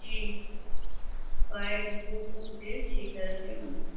जी white blue सब है ठीक है रखिए नमस्ते